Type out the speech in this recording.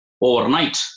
overnight